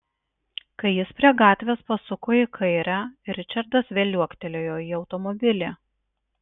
kai jis prie gatvės pasuko į kairę ričardas vėl liuoktelėjo į automobilį